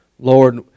Lord